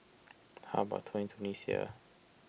how about Tunisia